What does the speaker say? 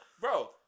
Bro